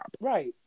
right